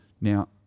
Now